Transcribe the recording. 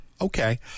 Okay